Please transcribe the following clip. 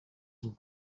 will